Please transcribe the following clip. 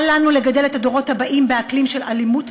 אל לנו לגדל את הדורות הבאים באקלים של אלימות,